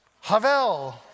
Havel